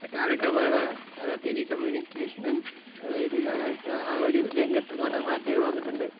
കാലക്രമേണ telecommunication അതായത് ആ ഒരു രംഗത്ത് കുറെ മാറ്റങ്ങൾ വന്നിട്ടുണ്ട്